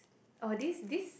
oh this this